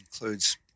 includes